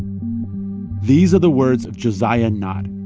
these are the words of josiah nott.